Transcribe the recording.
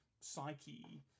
psyche